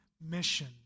mission